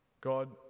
God